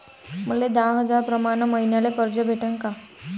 मले दहा हजार प्रमाण मईन्याले कर्ज भेटन का?